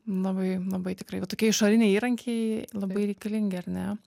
labai labai tikrai va tokie išoriniai įrankiai labai reikalingi ar ne